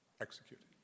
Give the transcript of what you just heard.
executed